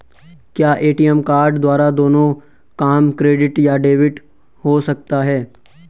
क्या ATM card द्वारा दोनों काम क्रेडिट या डेबिट हो सकता है?